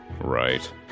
Right